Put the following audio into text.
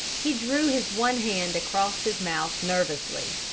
he drew his one hand across his mouth nervously.